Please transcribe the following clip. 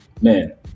man